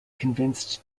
convinced